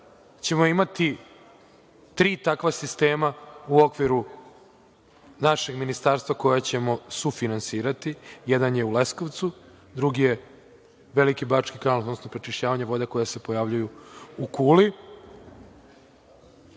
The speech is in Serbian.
imati tri takva sistema u okviru našeg ministarstva koja ćemo sufinansirati. Jedan je u Leskovcu, drugi je Veliki Bački kanal, odnosno prečišćavanje vode koje se pojavljuju u Kuli.